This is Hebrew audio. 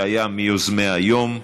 שהיה מיוזמי היום,